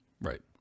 Right